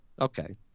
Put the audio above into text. Okay